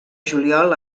juliol